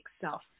self